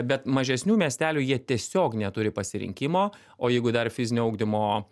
bet mažesnių miestelių jie tiesiog neturi pasirinkimo o jeigu dar fizinio ugdymo